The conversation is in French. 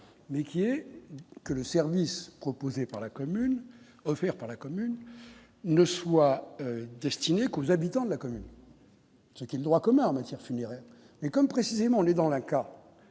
mais qui est que le service proposé par la commune, offert par la commune ne soit destiné qu'aux habitants de la commune. Ce qui le droit commun en matière funéraire mais comme précisément les dans la cas